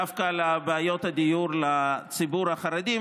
דווקא לבעיות הדיור לציבור החרדי.